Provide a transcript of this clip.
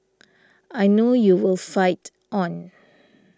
I know you will fight on